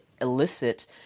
elicit